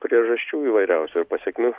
priežasčių įvairiausių ir pasekmių